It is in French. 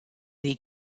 les